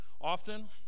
often